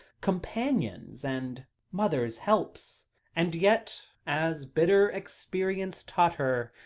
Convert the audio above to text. companions, and mothers' helps and yet, as bitter experience taught her,